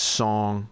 song